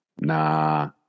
Nah